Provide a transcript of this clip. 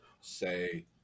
say